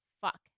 fuck